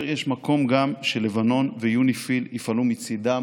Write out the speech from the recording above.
הזה יש מקום שלבנון ויוניפי"ל יפעלו מצידם